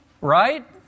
right